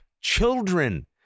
children